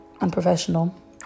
unprofessional